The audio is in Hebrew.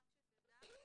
רק שתדע,